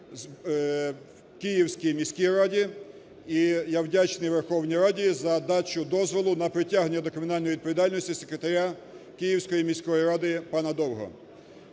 дій в Київській міській раді. І я вдячний Верховній Раді за дачу дозволу на притягнення до кримінальної відповідальності секретаря Київської міської ради пана Довгого.